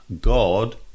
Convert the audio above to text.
God